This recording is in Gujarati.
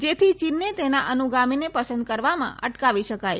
જેથી ચીનને તેના અનુગામીને પસંદ કરવામાં અટકાવી શકાય